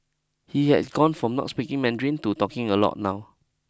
he has gone from not speaking Mandarin to talking a lot now